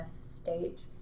state